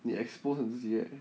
你 expose 你自己 eh